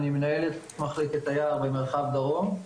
אני מנהל את מחלקת היער במרחב דרום.